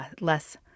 less